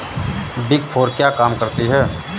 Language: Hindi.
बिग फोर क्या काम करती है?